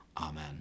Amen